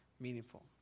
meaningful